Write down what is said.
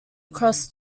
across